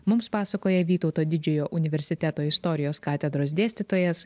mums pasakoja vytauto didžiojo universiteto istorijos katedros dėstytojas